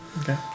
Okay